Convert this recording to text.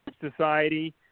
society